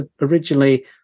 originally